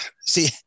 see